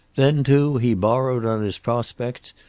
then, too, he borrowed on his prospects,